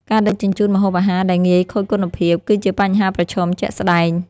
ការដឹកជញ្ជូនម្ហូបអាហារដែលងាយខូចគុណភាព គឺជាបញ្ហាប្រឈមជាក់ស្ដែង។